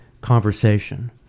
conversation